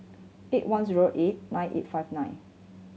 eight one zero eight nine eight five nine